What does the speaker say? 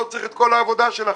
לא צריך את כל העבודה שלכם.